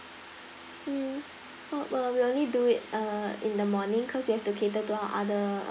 mm oh well we only do it uh in the morning cause we have to cater to our other